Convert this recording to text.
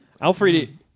Alfred